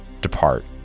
depart